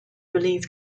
relieve